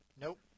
nope